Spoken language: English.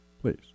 please